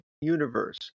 universe